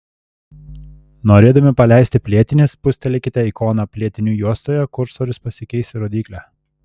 norėdami paleisti plėtinį spustelėkite ikoną plėtinių juostoje kursorius pasikeis į rodyklę